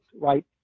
right